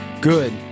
good